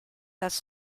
las